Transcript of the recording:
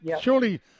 surely